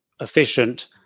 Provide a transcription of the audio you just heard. efficient